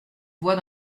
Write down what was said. voix